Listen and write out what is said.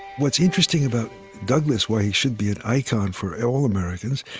what's interesting about douglass, why he should be an icon for all americans,